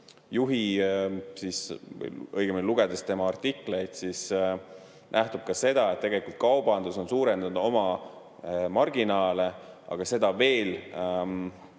juhti või õigemini lugedes tema artikleid, nähtub ka see, et tegelikult kaubandus on suurendanud oma marginaale, aga